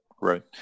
Right